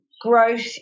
growth